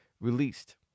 released